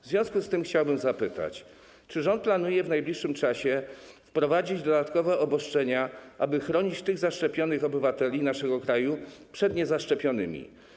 W związku z tym chciałbym zapytać: Czy rząd planuje w najbliższym czasie wprowadzić dodatkowe obostrzenia, aby chronić zaszczepionych obywateli naszego kraju przed niezaszczepionymi?